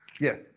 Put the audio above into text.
Yes